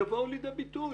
יבואו לידי ביטוי.